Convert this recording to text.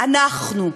אנחנו,